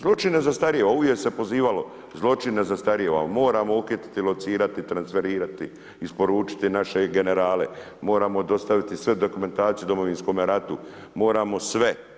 Zločin ne zastarijeva, ovdje se pozivalo, zločin ne zastarijeva, ali moramo okititi, locirati, transferirati, isporučiti naše generale, moramo dostaviti sve dokumentaciju Domovinskom ratu, moramo sve.